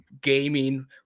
gaming